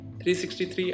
363